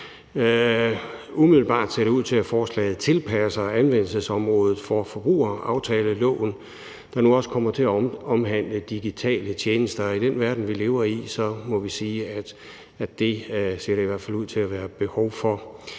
Umiddelbart ser det ud til, at forslaget tilpasser anvendelsesområdet for forbrugeraftaleloven, der nu også kommer til at omhandle digitale tjenester. I den verden, vi lever i, må vi sige, at det ser der da i hvert fald ud til at være behov for.